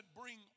bring